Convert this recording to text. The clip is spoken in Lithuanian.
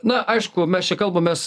na aišku mes čia kalbamės